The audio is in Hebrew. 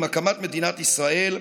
עם הקמת מדינת ישראל,